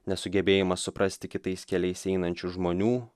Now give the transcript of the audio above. nesugebėjimas suprasti kitais keliais einančių žmonių